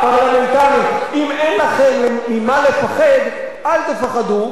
אם אין לכם ממה לפחד, אל תפחדו, ותסכימו להצעה.